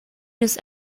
nus